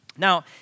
Now